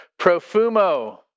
Profumo